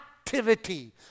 activity